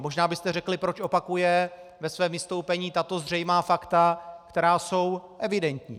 Možná byste řekli, proč opakuje ve svém vystoupení tato zřejmá fakta, která jsou evidentní.